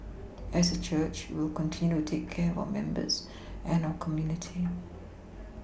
as a church we will continue to take care of our members and our community